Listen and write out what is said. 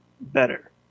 better